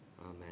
Amen